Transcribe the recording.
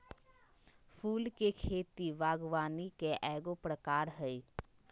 फूल के खेती बागवानी के एगो प्रकार हइ